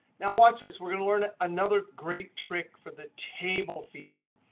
now watch this. we're going to learn another great trick for the table feature.